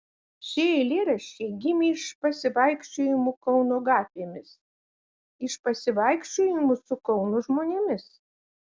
šie eilėraščiai gimė iš pasivaikščiojimų kauno gatvėmis iš pasivaikščiojimų su kauno žmonėmis